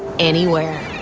anywhere.